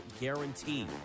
guarantee